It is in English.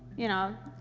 you know,